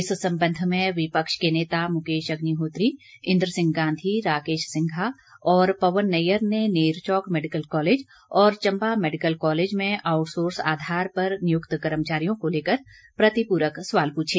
इस संबंध में विपक्ष के नेता मुकेश अग्निहोत्री विधायक इंद्र सिंह गांधी राकेश सिंघा और पवन नैय्यर ने नेरचौक मेडिकल कॉलेज और चंबा मेडिकल कालेज में आउटसोर्स आधार पर नियुक्त कर्मचारियों को लेकर प्रतिपूरक सवाल पूछे